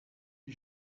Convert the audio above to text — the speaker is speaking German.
die